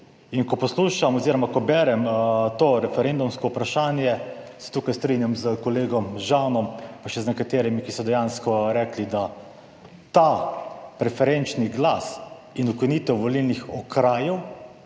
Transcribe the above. Ko poslušam oziroma ko berem to referendumsko vprašanje se tukaj strinjam s kolegom Žanom pa še z nekaterimi, ki so dejansko rekli, da ta preferenčni glas in ukinitev volilnih okrajev